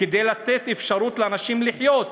כדי לתת אפשרות לאנשים לחיות.